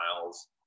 miles